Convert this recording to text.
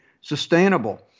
sustainable